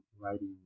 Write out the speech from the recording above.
writing